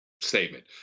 statement